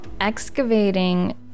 excavating